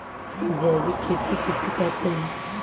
जैविक खेती किसे कहते हैं?